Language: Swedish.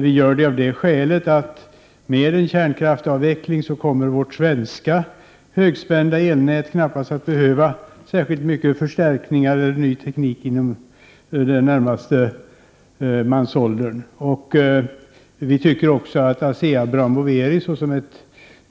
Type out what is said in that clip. Vi gör det av det skälet att med en kärnkraftsavveckling kommer vårt svenska högspända elnät knappast att behöva särskilt mycket förstärkningar eller ny teknik inom den närmaste mansåldern. Vi tycker också att Asea Brown Boveri, såsom